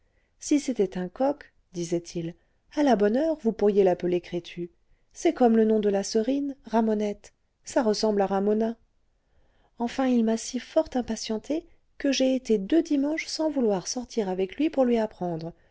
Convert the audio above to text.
si c'était un coq disait-il à la bonne heure vous pourriez l'appeler crétu c'est comme le nom de la serine ramonette ça ressemble à ramona enfin il m'a si fort impatientée que j'ai été deux dimanches sans vouloir sortir avec lui pour lui apprendre